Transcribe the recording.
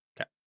Okay